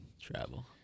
Travel